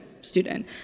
student